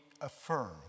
affirm